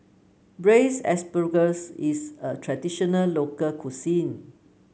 Braised Asparagus is a traditional local cuisine